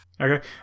Okay